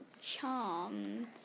charmed